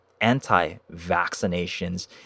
Anti-vaccinations